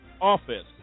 office